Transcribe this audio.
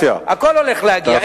הכול הולך להגיע.